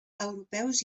europeus